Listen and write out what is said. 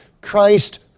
Christ